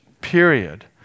period